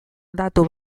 datu